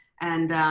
and